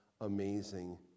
amazing